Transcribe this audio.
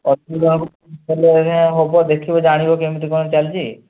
ଅସୁବିଧା ସବୁ ହେବ ଦେଖିବ ଜାଣିବ କେମିତି କ'ଣ ଚାଲିଛି